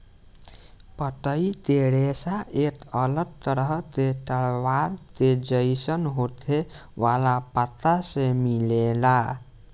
पतई के रेशा एक अलग तरह के तलवार के जइसन होखे वाला पत्ता से मिलेला